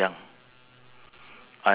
I only sprain my ankle